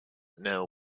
know